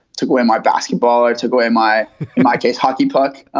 took away my basketball or took away my my case hockey puck,